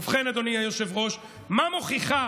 ובכן, אדוני היושב-ראש, מה מוכיחה